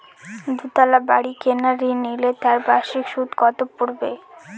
দুতলা বাড়ী কেনার ঋণ নিলে তার বার্ষিক সুদ কত পড়বে?